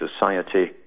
society